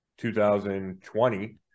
2020